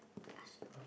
I ask you okay